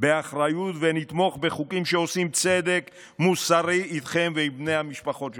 באחריות ונתמוך בחוקים שעושים צדק מוסרי איתכם ועם בני המשפחות שלכם.